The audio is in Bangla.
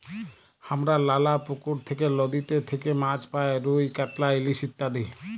হামরা লালা পুকুর থেক্যে, লদীতে থেক্যে মাছ পাই রুই, কাতলা, ইলিশ ইত্যাদি